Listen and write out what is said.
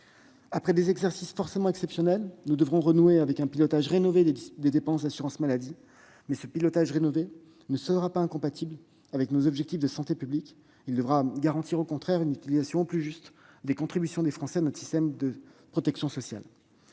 après des exercices forcément exceptionnels, nous devrons renouer avec un pilotage rénové des dépenses d'assurance maladie, qui ne soit pas incompatible avec nos objectifs en matière de santé publique, mais qui garantisse au contraire une utilisation plus juste des contributions des Français à notre système de protection sociale.